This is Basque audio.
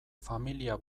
familia